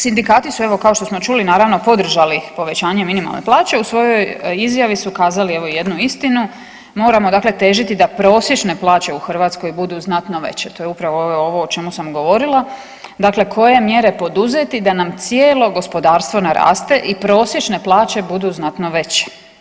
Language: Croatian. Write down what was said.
Sindikati su evo kao što smo čuli naravno podržali povećanje minimalne plaće u svojoj izjavi su kazali jednu istinu, moramo dakle težiti da prosječne plaće u Hrvatskoj budu znatno veće, to je upravo ovo o čemu sam govorila, dakle mjere poduzeti da nam cijelo gospodarstvo naraste i prosječne plaće budu znatno veće.